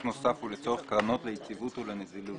נוסף "ולצורך קרנות ליציבות ולנזילות".